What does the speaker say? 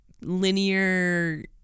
linear